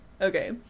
Okay